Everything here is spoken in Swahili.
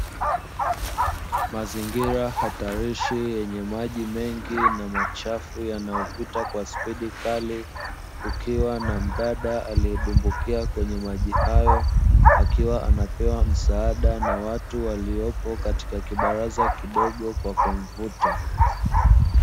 Mazingira hatarishi yenye maji mengi na machafu, yanayopita kwa spidi kali, kukiwa na mdada aliyedumbukia kwenye maji hayo, akiwa anapewa msaada na watu waliopo katika kibaraza kidogo kwa kumvuta.